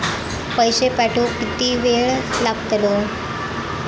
पैशे पाठवुक किती वेळ लागतलो?